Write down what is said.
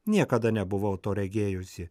niekada nebuvau to regėjusi